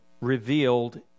revealed